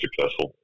successful